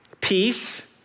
peace